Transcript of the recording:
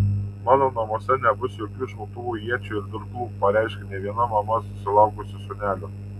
mano namuose nebus jokių šautuvų iečių ir durklų pareiškia ne viena mama susilaukusi sūnelio